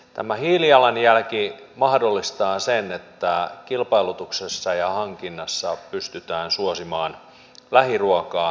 tämä hiilijalanjälki mahdollistaa sen että kilpailutuksessa ja hankinnassa pystytään suosimaan lähiruokaa lähituotantoa